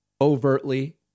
overtly